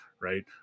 Right